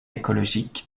écologique